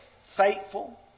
faithful